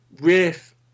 riff